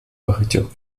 багатьох